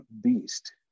beast